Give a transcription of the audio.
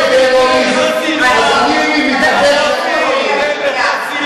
על-ידי המדינה האפוטרופוסית של מדינת ישראל כטרוריסט.